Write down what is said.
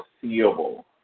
foreseeable